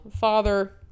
father